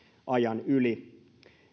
ajan yli